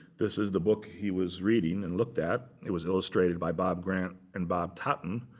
this is the book he was reading and looked at. it was illustrated by bob grant and bob totten.